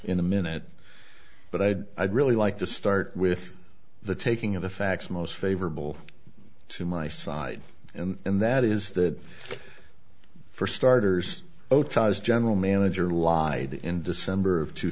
in a minute but i'd really like to start with the taking of the facts most favorable to my side and that is that for starters oh ties general manager lied in december of two